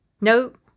Nope